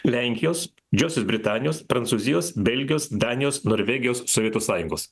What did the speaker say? lenkijos didžiosios britanijos prancūzijos belgijos danijos norvegijos sovietų sąjungos